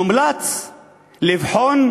מומלץ לבחון,